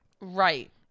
Right